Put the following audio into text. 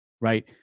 right